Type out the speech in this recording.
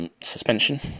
Suspension